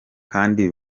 kandi